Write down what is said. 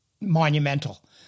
monumental